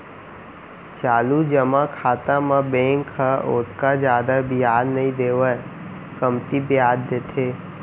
चालू जमा खाता म बेंक ह ओतका जादा बियाज नइ देवय कमती बियाज देथे